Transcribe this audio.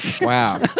Wow